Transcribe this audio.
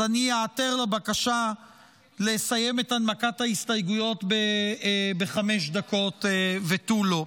אז אני איעתר לבקשה לסיים את הנמקת ההסתייגויות בחמש דקות ותו לא.